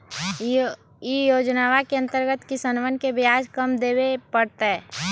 ई योजनवा के अंतर्गत किसनवन के ब्याज कम देवे पड़ तय